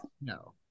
No